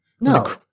No